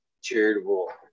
charitable